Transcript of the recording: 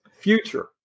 future